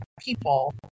people